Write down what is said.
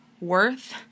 worth